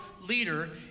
leader